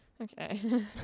Okay